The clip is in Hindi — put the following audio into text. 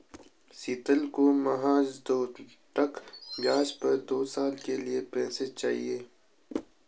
शीतल को महज दो टका ब्याज पर दो साल के लिए पैसे चाहिए